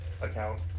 account